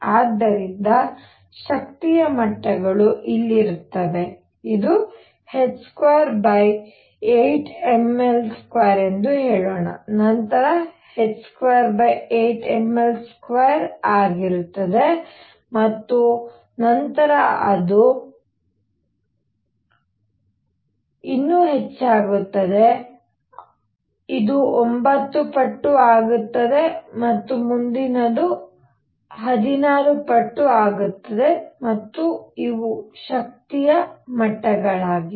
ಆದ್ದರಿಂದ ಶಕ್ತಿಯ ಮಟ್ಟಗಳು ಇಲ್ಲಿರುತ್ತವೆ ಇದು h28mL2 ಎಂದು ಹೇಳೋಣ ನಂತರ h28mL2 ಆಗುತ್ತದೆ ಮತ್ತು ನಂತರ ಅದು ಇನ್ನೂ ಹೆಚ್ಚಾಗುತ್ತದೆ ಇದು 9 ಪಟ್ಟು ಆಗುತ್ತದೆ ಮತ್ತು ಮುಂದಿನದು 16 ಪಟ್ಟು ಆಗುತ್ತದೆ ಮತ್ತು ಇವು ಶಕ್ತಿಯ ಮಟ್ಟಗಳಾಗಿವೆ